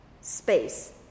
space